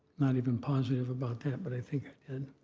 not even positive about that, but i think i did.